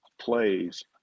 plays